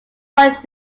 point